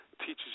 teaches